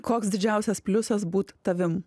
koks didžiausias pliusas būt tavim